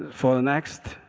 for the next,